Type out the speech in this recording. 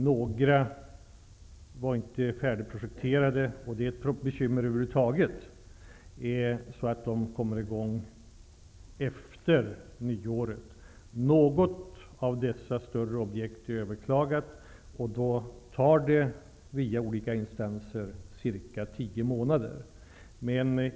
Några var inte färdigprojekterade -- det är över huvud taget ett bekymmer -- och de kommer alltså i gång efter nyår. Något av dessa större objekt har överklagats, och det tar cirka tio månader, via olika instanser.